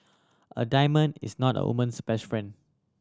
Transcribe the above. a diamond is not a woman's best friend